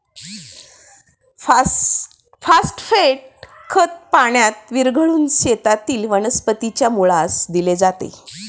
phosphate खत पाण्यात विरघळवून शेतातील वनस्पतीच्या मुळास दिले जाते